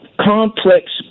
complex